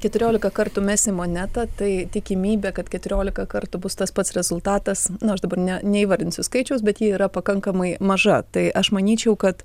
keturiolika kartų mesi monetą tai tikimybė kad keturiolika kartų bus tas pats rezultatas nu aš dabar ne neįvardinsiu skaičiaus bet ji yra pakankamai maža tai aš manyčiau kad